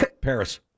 Paris